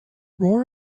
roar